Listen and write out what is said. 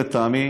לטעמי,